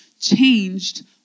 changed